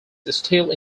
still